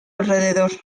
alrededor